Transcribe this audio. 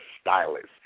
stylist